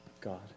God